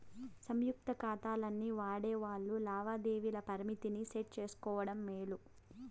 సంయుక్త కాతాల్ని వాడేవాల్లు లావాదేవీల పరిమితిని సెట్ చేసుకోవడం మేలు